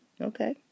Okay